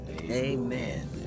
Amen